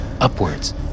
upwards